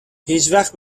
هیچوقت